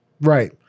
Right